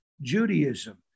Judaism